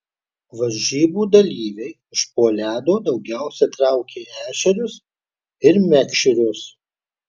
varžybų dalyviai iš po ledo daugiausiai traukė ešerius ir mekšrus